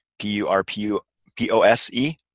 P-U-R-P-U-P-O-S-E